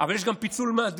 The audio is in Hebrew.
אבל יש גם פיצול מהדיון.